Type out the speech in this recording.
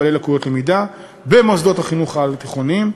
לקויות למידה במוסדות החינוך העל-תיכוניים,